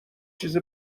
چیزی